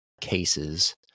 cases